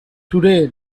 today